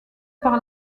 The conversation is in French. par